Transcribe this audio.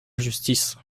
injustice